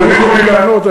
תניחו לי לענות.